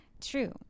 True